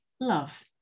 Love